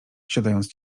siadając